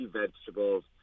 vegetables